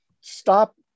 stop